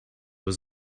was